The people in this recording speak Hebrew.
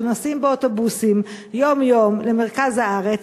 שנוסעים באוטובוסים יום-יום למרכז הארץ,